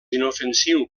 inofensiu